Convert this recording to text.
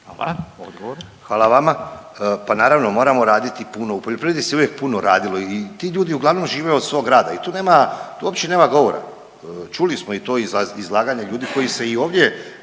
Hvala vama. Pa naravno moramo raditi puno u poljoprivredi se uvijek puno radilo i ti ljudi uglavnom žive od svog rada i tu nema tu uopće nema govora. Čuli smo iz izlaganja ljudi koji se i ovdje